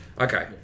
Okay